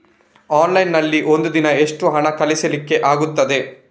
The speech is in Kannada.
ಆನ್ಲೈನ್ ನಲ್ಲಿ ಒಂದು ದಿನ ಎಷ್ಟು ಹಣ ಕಳಿಸ್ಲಿಕ್ಕೆ ಆಗ್ತದೆ?